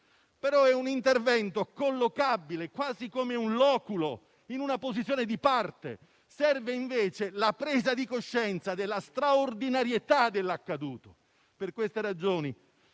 però è collocabile, quasi come un loculo, in una posizione di parte. Serve invece la presa di coscienza della straordinarietà dell'accaduto. Per queste ragioni,